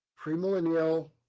premillennial